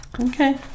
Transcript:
Okay